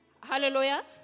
hallelujah